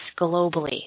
globally